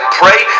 pray